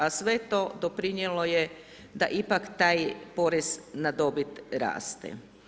A sve to doprinijelo je da ipak taj porez na dobit raste.